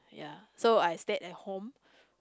ya so I stayed at home